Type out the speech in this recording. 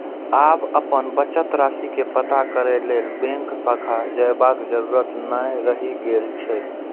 आब अपन बचत राशि के पता करै लेल बैंक शाखा जयबाक जरूरत नै रहि गेल छै